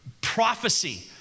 prophecy